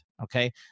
Okay